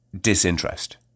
disinterest